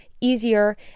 easier